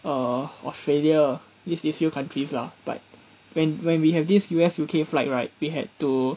err australia these these a few countries lah but when when we have this U_S U_K flight right we have to